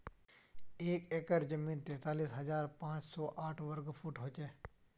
एक एकड़ जमीन तैंतालीस हजार पांच सौ साठ वर्ग फुट हो छे